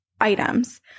items